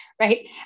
Right